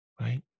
right